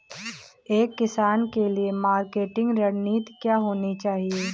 एक किसान के लिए मार्केटिंग रणनीति क्या होनी चाहिए?